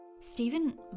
Stephen